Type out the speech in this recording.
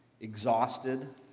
exhausted